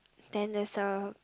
then it's a